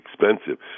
expensive